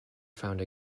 found